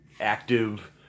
active